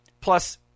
plus